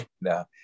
No